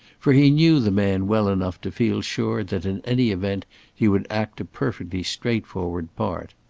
for he knew the man well enough to feel sure that in any event he would act a perfectly straightforward part.